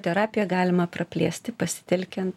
terapiją galima praplėsti pasitelkiant